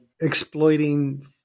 exploiting